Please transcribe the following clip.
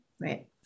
Right